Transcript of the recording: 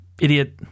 idiot